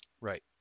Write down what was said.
Right